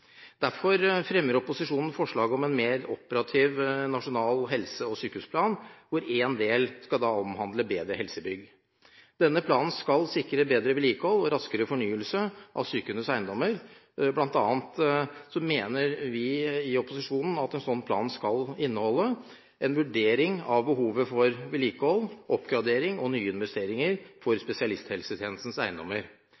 Derfor fremmer opposisjonen forslag om en mer operativ nasjonal helse- og sykehusplan, hvor en del skal omhandle bedre helsebygg. Denne planen skal sikre bedre vedlikehold og raskere fornyelse av sykehusenes eiendommer. Blant annet mener vi i opposisjonen at en slik plan skal inneholde en vurdering av behovet for vedlikehold, oppgradering og nyinvesteringer for